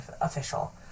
official